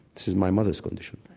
this is my mother's condition.